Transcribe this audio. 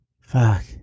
Fuck